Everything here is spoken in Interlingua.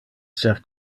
ser